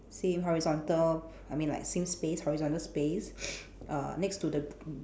same horizontal I mean like same space horizontal space err next to the